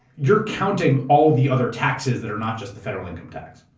you're counting all the other taxes that are not just the federal income tax?